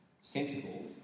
sensible